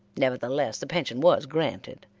nevertheless the pension was granted,